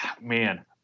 man